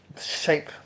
shape